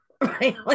Right